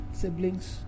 siblings